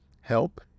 help